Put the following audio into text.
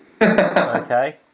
Okay